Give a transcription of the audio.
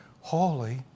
Holy